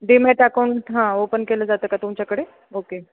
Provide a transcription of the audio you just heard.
demat account हां open केलं जातं का तुमच्याकडे ओके